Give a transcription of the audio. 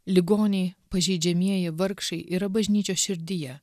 ligoniai pažeidžiamieji vargšai yra bažnyčios širdyje